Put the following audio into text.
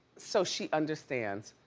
so she understands.